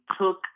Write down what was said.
took